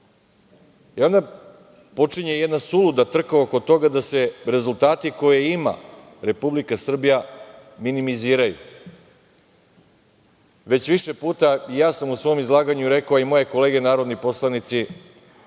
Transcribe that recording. koži. Onda počinje jedna suluda trka oko toga da se rezultati koje ima Republika Srbija minimiziraju. Već više puta ja sam u svom izlaganju rekao, a i moje kolege narodni poslanici,